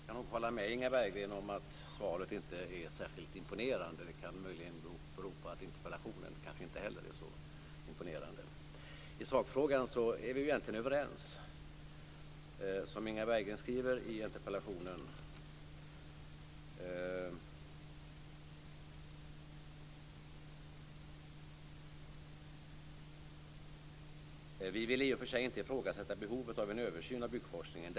Fru talman! Jag kan nog hålla med Inga Berggren om att svaret inte är särskilt imponerande. Det kan möjligen bero på att interpellationen inte heller är så imponerande. I sakfrågan är vi egentligen överens. Som Inga Berggren skriver i interpellationen: "Vi vill i och för sig inte ifrågasätta behovet av en översyn av byggforskningen.